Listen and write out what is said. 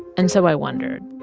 and so i wondered,